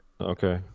Okay